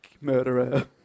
Murderer